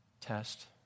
test